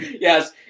yes